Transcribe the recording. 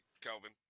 Kelvin